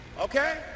okay